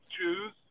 choose